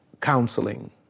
Counseling